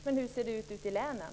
Men hur ser det ut ute i länen?